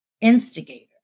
instigator